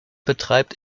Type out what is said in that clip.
betreibt